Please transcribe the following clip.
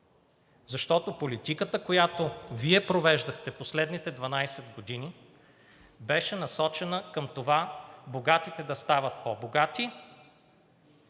защото политиката, която Вие провеждахте последните 12 години, беше насочена към това богатите да стават по-богати,